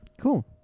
Cool